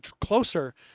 closer